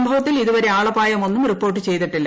സംഭവത്തിൽ ഇതുവരെ ആളപായം ഒന്നും റിപ്പോർട്ട് ചെയ്തിട്ടില്ല